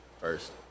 first